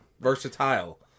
Versatile